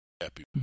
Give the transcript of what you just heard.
happy